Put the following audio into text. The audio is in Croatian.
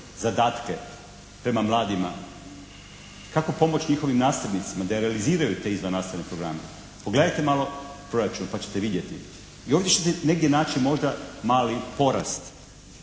zadatke prema mladima? Kako pomoći njihovim nastavnicima da realiziraju te izvannastavne programe? Pogledajte malo proračun pa ćete vidjeti. I ovdje ćete negdje naći možda mali porast.